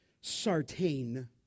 Sartain